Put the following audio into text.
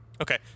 Okay